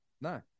No